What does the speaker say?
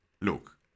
look